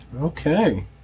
Okay